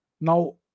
Now